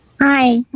Hi